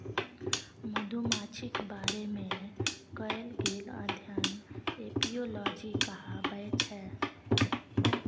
मधुमाछीक बारे मे कएल गेल अध्ययन एपियोलाँजी कहाबै छै